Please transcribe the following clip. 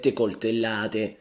coltellate